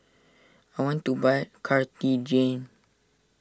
I want to buy Cartigain